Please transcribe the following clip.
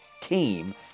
team